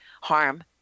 harm